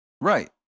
Right